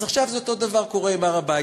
אז עכשיו אותו הדבר קורה עם הר-הבית.